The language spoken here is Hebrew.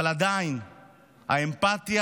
אבל עדיין האמפתיה,